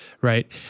Right